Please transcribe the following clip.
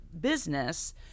business